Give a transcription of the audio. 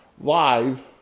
live